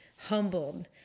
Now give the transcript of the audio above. humbled